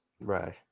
right